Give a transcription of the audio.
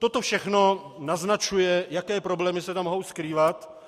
Toto všechno naznačuje, jaké problémy se tam mohou skrývat.